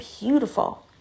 Beautiful